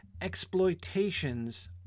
exploitations